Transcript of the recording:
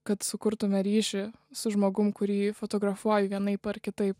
kad sukurtume ryšį su žmogum kurį fotografuoju vienaip ar kitaip